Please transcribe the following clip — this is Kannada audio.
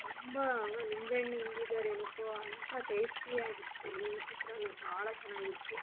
ತುಂಬ ನಿಂಬೆಹಣ್ ಹಿಂಡಿದರೇನಪ್ಪೋ ಅಂಥ ಟೇಸ್ಟಿ ಆಗಿತ್ತು ನಿಂಬೆ ಚಿತ್ರಾನ್ನ ಭಾಳ ಚೆನ್ನಾಗಿತ್ತು